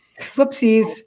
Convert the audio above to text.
Whoopsies